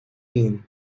mean